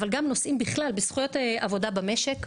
אבל בכלל גם זכויות עבודה שקשורות במשק,